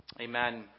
Amen